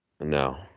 No